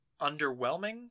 underwhelming